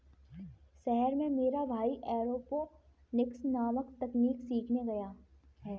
शहर में मेरा भाई एरोपोनिक्स नामक तकनीक सीखने गया है